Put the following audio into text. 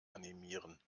animieren